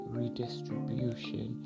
redistribution